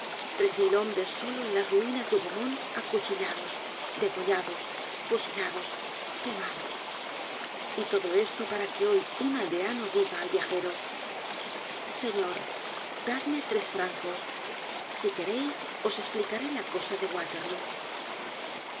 tres mil hombres solo en las ruinas de hougomont acuchillados degollados fusilados quemados y todo esto para que hoy un aldeano diga al viajero señar dad me tres francos si queréis os esplicaré la cosa de waterlóo